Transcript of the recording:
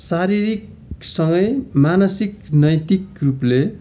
शारीरिकसँगै मानसिक नैतिक रूपले